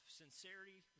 sincerity